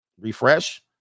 Refresh